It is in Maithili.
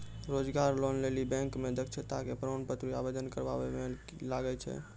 रोजगार लोन लेली बैंक मे दक्षता के प्रमाण पत्र भी आवेदन करबाबै मे लागै छै?